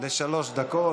לשלוש דקות.